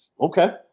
Okay